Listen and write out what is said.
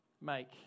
make